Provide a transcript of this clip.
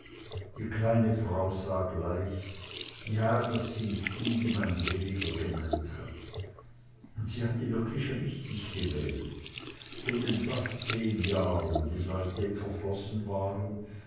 die kleine frau sah gleich ja das sind die die mein seliger gemeint hat und sie hatte wirklich richtig gewählt in den fast zehn jahren die seitdem verflossen waren